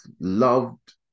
loved